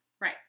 Right